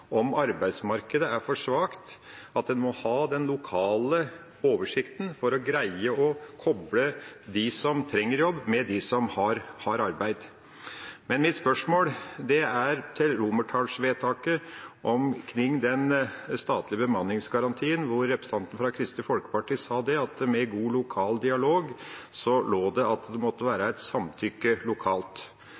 om arbeidsmarkedet er for svak – en må ha den lokale oversikten for å greie å koble dem som trenger jobb, med dem som har arbeid å tilby. Men mitt spørsmål er til romertallsvedtaket om den statlige bemanningsgarantien, hvor representanten fra Kristelig Folkeparti sa at i god lokal dialog lå det at det måtte være et samtykke lokalt.